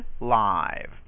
live